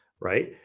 Right